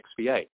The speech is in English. XVA